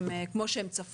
מוסרת את ההסתייגויות שלנו.